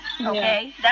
Okay